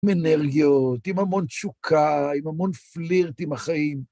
עם אנרגיות, עם המון תשוקה, עם המון פלירט עם החיים.